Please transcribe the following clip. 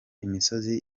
imisozi